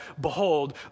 Behold